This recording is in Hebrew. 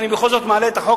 ואני בכל זאת מעלה את החוק,